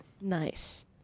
nice